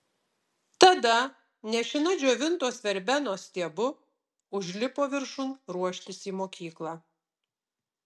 tada nešina džiovintos verbenos stiebu užlipo viršun ruoštis į mokyklą